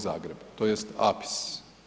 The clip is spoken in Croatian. Zagreb, tj. APIS.